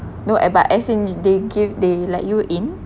no a~ but as in they give they let you in